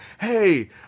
hey